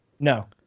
No